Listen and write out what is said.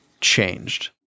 changed